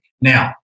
now